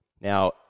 Now